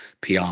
PR